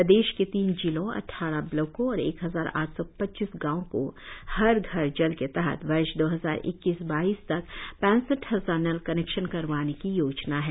प्रदेश के तीन जिलों अडारह ब्लॉको और एक हजार आठ सौ पच्चीस गाँवो को हर घर जल के तहत वर्ष दो हजार इक्कीस बाइस तक पैसठ हजार नल कनेक्शन करवाने की योजना है